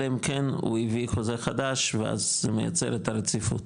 אלא אם כן הוא הביא חוזה חדש ואז זה מייצר את הרציפות.